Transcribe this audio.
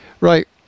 Right